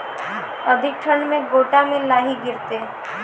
अधिक ठंड मे गोटा मे लाही गिरते?